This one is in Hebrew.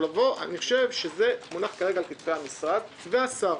אני חושב שזה מונח כרגע בפתחי המשרד ושר הרווחה.